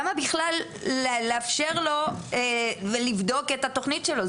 למה בכלל לאפשר לו ולבדוק את התוכנית שלו?